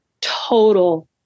total